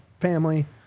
family